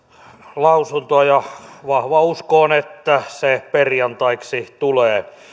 lausuntoa ja vahva usko on että se perjantaiksi tulee